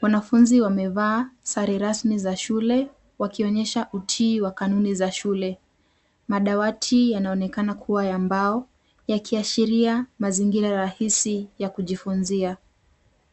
Wanafunzi wamevaa sare rasmi za shule wakionyesha utii wa kanuni za shule. Madawati yanaonekana kuwa ya mbao yakiashiria mazingira rahisi ya kujifunzia.